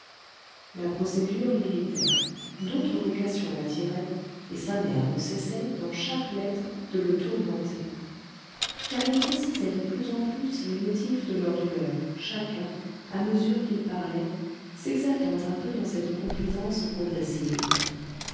la procédure l'irritait d'autres vocations l'attiraient et sa mère ne cessait dans chaque lettre de le tourmenter car ils précisaient de plus en plus les motifs de leur douleur chacun à mesure qu'il parlait s'exaltant un peu dans cette confidence progressive